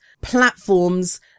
platforms